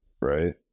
right